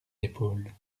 épaules